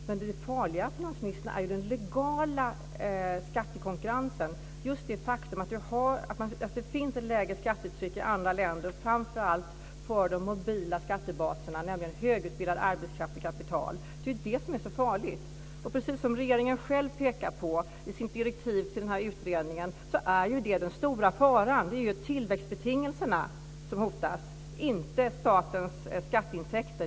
Men det farliga, finansministern, är ju den legala skattekonkurrensen - just det faktum att det finns ett lägre skattetryck i andra länder framför allt för de mobila skattebaserna, högutbildad arbetskraft och kapital. Det är ju det som är så farligt. Precis som regeringen själv pekar på i sitt direktiv till utredningen är det den stora faran. Det är tillväxtbetingelserna som hotas, inte statens skatteintäkter.